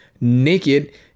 naked